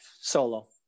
solo